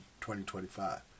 2025